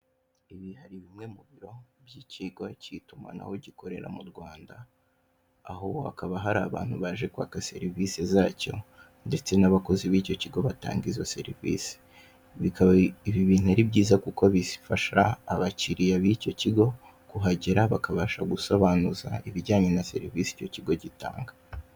Ibi ni bimwe mu biro by'ikigo cy'itumanaho gikorera mu Rwanda. Aho hakaba hari abantu baje kwaka serivisi zacyo, ndetse n'abakozi b'icyo kigo batanga izo serivisi. Ibi bikaba ibi bintu ari byiza kuko bifasha abakiriya b'icyo kigo kuhagera, bakabasha gusobanuza ibijyanye na serivisi icyo kigo gitanga.